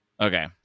Okay